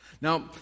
now